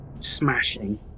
smashing